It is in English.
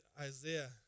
Isaiah